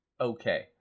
okay